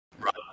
right